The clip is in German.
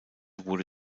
wurde